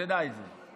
תדע את זה.